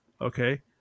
okay